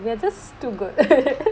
we're just too good